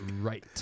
right